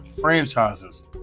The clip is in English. franchises